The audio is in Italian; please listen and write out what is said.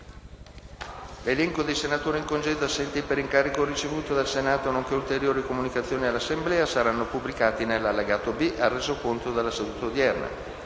L'elenco dei senatori in congedo e assenti per incarico ricevuto dal Senato, nonché ulteriori comunicazioni all'Assemblea saranno pubblicati nell'allegato B al Resoconto della seduta odierna.